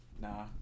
Nah